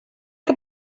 que